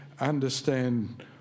understand